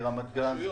מרמת גן --- רשויות.